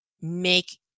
make